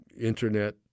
Internet